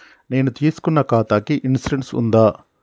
నేను తీసుకున్న ఖాతాకి ఇన్సూరెన్స్ ఉందా?